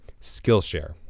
Skillshare